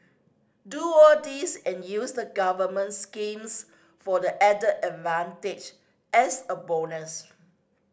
do all this and use the government schemes for the added advantage as a bonus